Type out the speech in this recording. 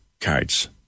cards